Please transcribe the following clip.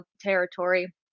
territory